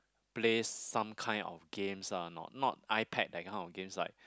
play some kind of games ah not not iPad that kind of games like